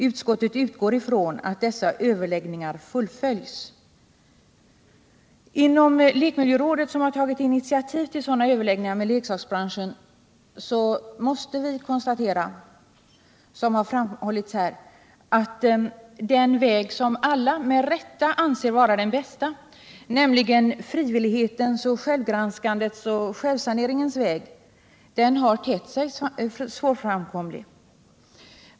Utskottet utgår ifrån att dessa överläggningar fullföljs.” Inom lekmiljörådet, som tagit initiativ till sådana överläggningar med leksaksbranschen, måste vi tyvärr konstatera, som också framhållits här, att den väg som alla med rätta anser vara den bästa, nämligen frivillighetens, självgranskandets och självsaneringens väg, har tett sig svårframkomlig.